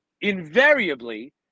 invariably